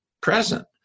present